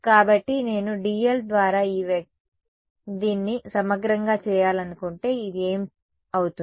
కాబట్టి నేను dl ద్వారా దీనిని సమగ్రంగా చేయాలనుకుంటే ఇది ఏమి అవుతుంది